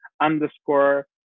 underscore